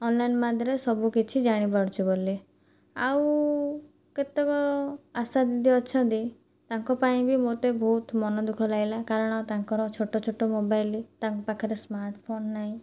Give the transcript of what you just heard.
online ମାଧ୍ୟମରେ ସବୁ କିଛି ଜାଣି ପାରୁଛୁ ବୋଲି ଆଉ କେତେକ ଆଶା ଦିଦି ଅଛନ୍ତି ତାଙ୍କ ପାଇଁ ବି ମୋତେ ବହୁତ ମନ ଦୁଃଖ ଲାଗିଲା କାରଣ ତାଙ୍କର ଛୋଟ ଛୋଟ ମୋବାଇଲ ତାଙ୍କ ପାଖରେ ସ୍ମାର୍ଟଫୋନ ନାହିଁ